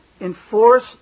enforce